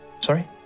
Sorry